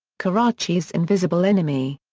karachi's invisible enemy.